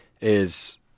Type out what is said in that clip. is-